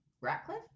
Ratcliffe